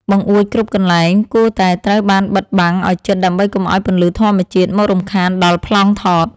បង្អួចគ្រប់កន្លែងគួរតែត្រូវបានបិទបាំងឱ្យជិតដើម្បីកុំឱ្យពន្លឺធម្មជាតិមករំខានដល់ប្លង់ថត។